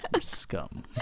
Scum